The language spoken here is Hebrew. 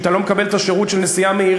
אם אתה לא מקבל את השירות של נסיעה מהירה,